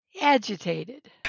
agitated